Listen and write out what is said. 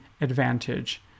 advantage